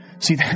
See